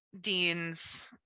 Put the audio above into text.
Dean's